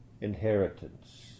inheritance